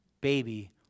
baby